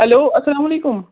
hello اسلام علیکُم